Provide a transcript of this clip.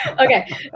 Okay